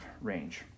range